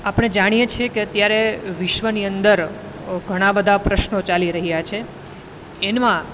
આપણે જાણીએ છીએ કે અત્યારે વિશ્વની અંદર ઘણા બધા પ્રશ્નો ચાલી રહ્યા છે એનમાં